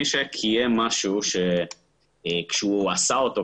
מי שקיים משהו כשהוא עשה אותו,